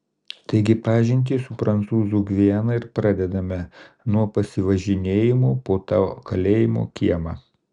taigi pažintį su prancūzų gviana ir pradedame nuo pasivažinėjimo po to kalėjimo kiemą